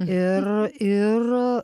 ir ir